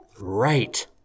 Right